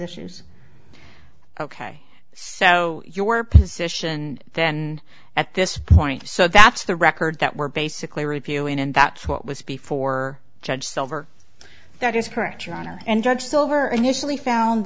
issues ok so your position then at this point so that's the record that we're basically reviewing and that's what was before judge silver that is correct your honor and judge silver initially found